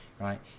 right